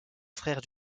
frère